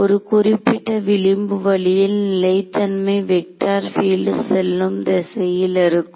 ஒரு குறிப்பிட்ட விளிம்பு வழியில் நிலைத்தன்மை வெக்டார் பீல்டு செல்லும் திசையில் இருக்கும்